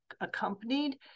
accompanied